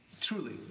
Truly